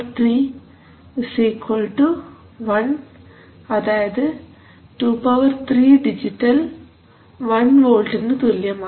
231 അതായത് 23 ഡിജിറ്റൽ 1 വോൾട്ടിനു തുല്യമാണ്